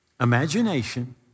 imagination